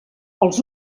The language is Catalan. els